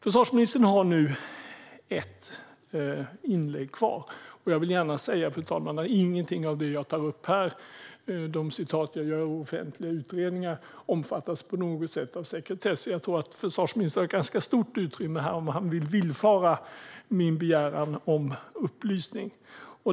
Försvarsministern har nu ett inlägg kvar. Jag vill gärna säga, fru talman, att inget av det jag tar upp här - de citat jag gör ur offentliga utredningar - på något sätt omfattas av sekretess. Jag tror att försvarsministern har ganska stort utrymme om han vill villfara min begäran om upplysning.